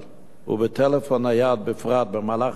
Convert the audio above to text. ובטלפון נייד בפרט במהלך השיעור